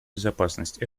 безопасность